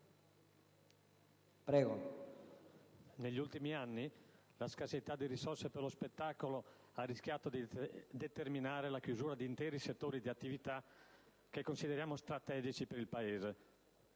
negli ultimi anni la scarsità di risorse per lo spettacolo ha rischiato di determinare la chiusura di interi settori di attività che consideriamo strategici per il Paese.